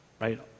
Right